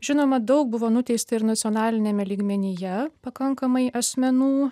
žinoma daug buvo nuteista ir nacionaliniame lygmenyje pakankamai asmenų